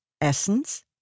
essence